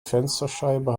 fensterscheibe